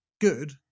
good